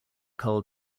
carl